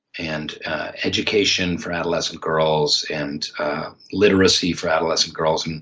and education for adolescent girls, and literacy for adolescent girls. and